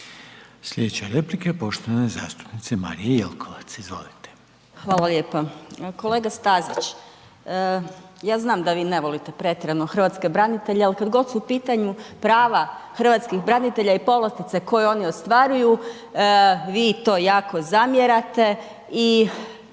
Sljedeća replika je poštovane zastupnice Marije Jelkovac. Izvolite. **Jelkovac, Marija (HDZ)** Hvala lijepa. Kolega Stazić, ja znam da vi ne volite pretjerano hrvatske branitelja, ali kada god su u pitanju prava hrvatskih branitelja i povlastice koje oni ostvaruju vi im to jako zamjerate